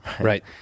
Right